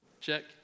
Check